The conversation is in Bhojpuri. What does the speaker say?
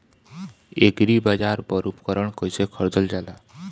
एग्रीबाजार पर उपकरण कइसे खरीदल जाला?